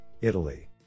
Italy